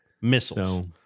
missiles